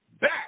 back